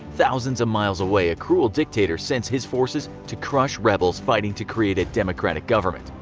thousands of miles away a cruel dictator sends his forces to crush rebels fighting to create a democratic government.